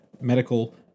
medical